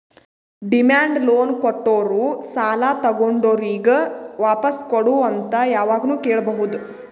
demand loan ಕೊಟ್ಟೋರು ಸಾಲ ತಗೊಂಡೋರಿಗ್ ವಾಪಾಸ್ ಕೊಡು ಅಂತ್ ಯಾವಾಗ್ನು ಕೇಳ್ಬಹುದ್